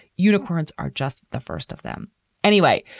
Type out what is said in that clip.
unicorns are just the first of them anyway.